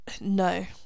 no